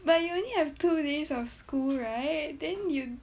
but you only have two days of school right then you